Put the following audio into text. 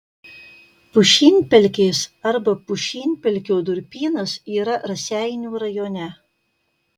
pušynpelkės arba pušynpelkio durpynas yra raseinių rajone